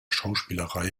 schauspielerei